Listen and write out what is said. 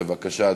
בבקשה,